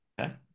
Okay